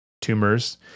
tumors